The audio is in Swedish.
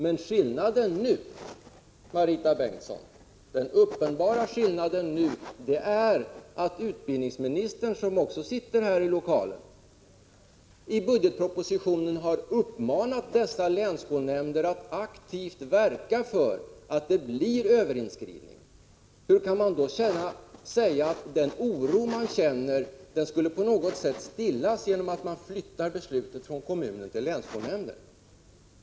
Men den uppenbara skillnaden nu är att utbildningsministern, som också sitter i lokalen, i budgetpropositionen uppmanat dessa länsskolnämnder att aktivt verka för att det blir en överinskrivning. Hur kan man då säga att den oro som finns skulle stillas genom att man flyttar beslutet från kommunen till länsskolnämnden?